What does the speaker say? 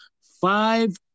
five